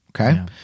Okay